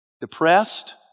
depressed